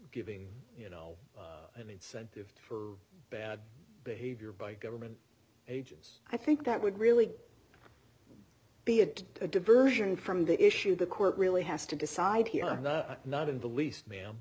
giving you know an incentive for bad behavior by government agents i think that would really be it a diversion from the issue the court really has to decide here i'm not in the least ma'am